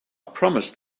promised